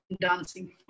dancing